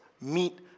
meet